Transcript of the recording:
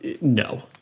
No